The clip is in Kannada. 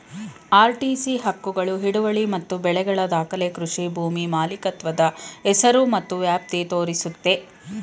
ಆರ್.ಟಿ.ಸಿ ಹಕ್ಕುಗಳು ಹಿಡುವಳಿ ಮತ್ತು ಬೆಳೆಗಳ ದಾಖಲೆ ಕೃಷಿ ಭೂಮಿ ಮಾಲೀಕತ್ವದ ಹೆಸರು ಮತ್ತು ವ್ಯಾಪ್ತಿ ತೋರಿಸುತ್ತೆ